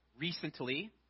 Recently